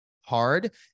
hard